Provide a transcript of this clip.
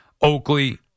Oakley